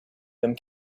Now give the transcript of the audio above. them